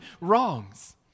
wrongs